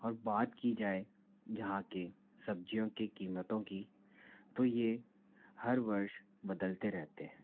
और बात की जाए यहाँ के सब्ज़ियों की कीमतों की तो यह हर वर्ष बदलते रहते हैं